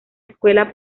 escuela